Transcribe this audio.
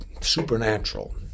supernatural